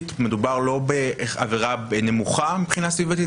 מדובר לא בעבירה נמוכה מבחינה סביבתית,